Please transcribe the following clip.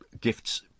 gifts